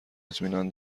اطمینان